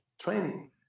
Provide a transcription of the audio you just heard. training